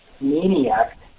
maniac